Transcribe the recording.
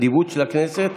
על הנדיבות של הכנסת.